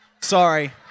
Sorry